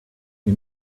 you